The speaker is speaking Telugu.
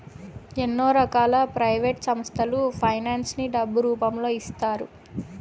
ఎన్నో రకాల ప్రైవేట్ సంస్థలు ఫైనాన్స్ ని డబ్బు రూపంలో ఇస్తాయి